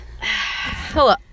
Hello